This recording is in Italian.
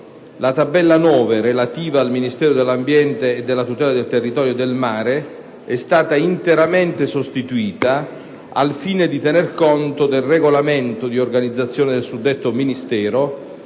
La tabella 9, relativa al Ministero dell'ambiente e della tutela del territorio e del mare, è stata interamente sostituita al fine di tener conto del regolamento di organizzazione del suddetto Ministero,